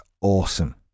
awesome